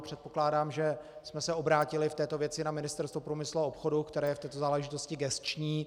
Předpokládám, že jsme se obrátili v této věci na Ministerstvo průmyslu a obchodu, které je v této záležitosti gesční.